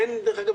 דרך אגב,